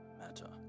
matter